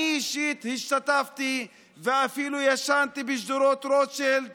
אני אישית השתתפתי, ואפילו ישנתי בשדרות רוטשילד